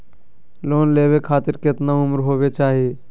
Loan लेवे खातिर केतना उम्र होवे चाही?